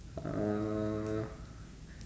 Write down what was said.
uh